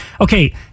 okay